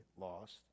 lost